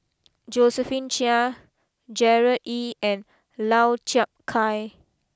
Josephine Chia Gerard Ee and Lau Chiap Khai